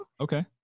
Okay